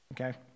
Okay